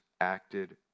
acted